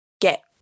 get